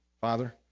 Father